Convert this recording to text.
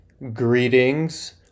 Greetings